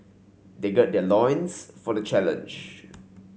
they gird their loins for the challenge